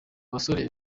basore